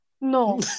No